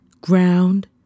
Ground